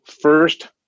first